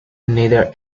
neither